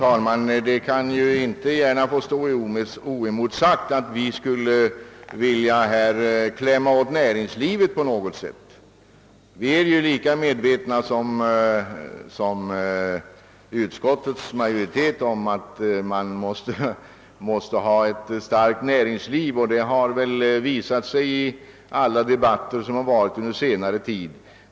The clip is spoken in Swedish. Herr talman! Herr Magnussons påstående att vi skulle vilja klämma åt näringslivet kan inte gärna få stå oemotsagt. Vi är lika medvetna som utskottsmajoriteten om att vi måste ha ett starkt näringsliv. Det har väl också visat sig i alla de debatter vi haft under senare tid.